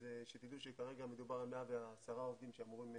אז שתדעו שכרגע מדובר על 110 עובדים שאמורים לפרוש,